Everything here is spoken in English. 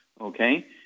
okay